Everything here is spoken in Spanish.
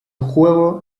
juego